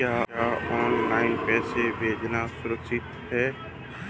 क्या ऑनलाइन पैसे भेजना सुरक्षित है?